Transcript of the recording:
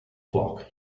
flock